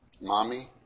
Mommy